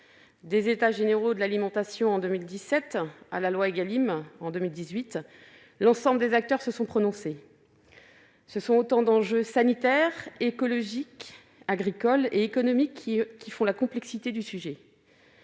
Des États généraux de l'alimentation en 2017 à la loi Égalim en 2018, l'ensemble des acteurs se sont prononcés. Ce sont autant d'enjeux sanitaires, écologiques, agricoles et économiques qui font la complexité du sujet.